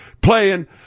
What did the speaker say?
playing